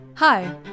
Hi